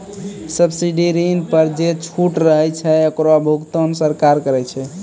subsidy ऋण पर जे छूट रहै छै ओकरो भुगतान सरकार करै छै